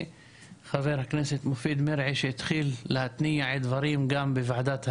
וחה"כ מופיד מרעי שהתחיל להתניע דברים גם בוועדת המשנה,